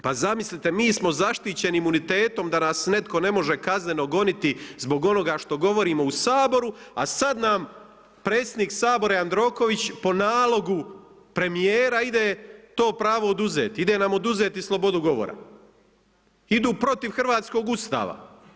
Pa zamislite mi smo zaštićenim imunitetom da nas netko ne može kazneno govoriti zbog onoga što govorimo u Saboru, a sada nam predsjednik Sabora Jandroković po nalogu premijera ide to pravo oduzeti, ide nam oduzeti slobodu govora, idu protiv hrvatskog Ustava.